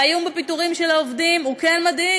האיום בפיטורים של העובדים הוא כן מדאיג,